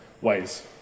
ways